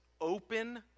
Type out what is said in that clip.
open